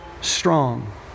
strong